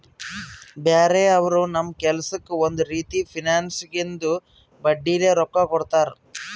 ಬ್ಯಾರೆ ಅವರು ನಮ್ ಕೆಲ್ಸಕ್ಕ್ ಒಂದ್ ರೀತಿ ಫೈನಾನ್ಸ್ದಾಗಿಂದು ಬಡ್ಡಿಲೇ ರೊಕ್ಕಾ ಕೊಡ್ತಾರ್